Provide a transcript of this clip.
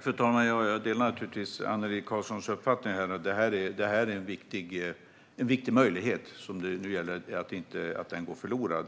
Fru talman! Jag delar naturligtvis Annelie Karlssons uppfattning, att det här är en viktig möjlighet och nu gäller det att den inte går förlorad.